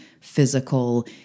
physical